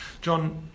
John